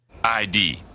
ID